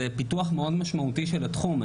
זה פיתוח מאוד משמעותי של התחום.